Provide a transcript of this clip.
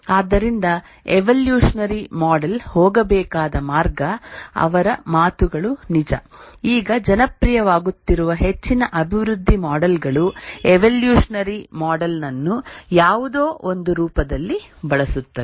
ಆದ್ದರಿಂದ evolutionary model ಹೋಗಬೇಕಾದ ಮಾರ್ಗ ಅವರ ಮಾತುಗಳು ನಿಜ ಈಗ ಜನಪ್ರಿಯವಾಗುತ್ತಿರುವ ಹೆಚ್ಚಿನ ಅಭಿವೃದ್ಧಿ ಮಾಡೆಲ್ ಗಳು ಎವೊಲ್ಯೂಷನರಿ ಮಾಡೆಲ್ ನನ್ನು ಯಾವುದೋ ಒಂದು ರೂಪದಲ್ಲಿ ಬಳಸುತ್ತವೆ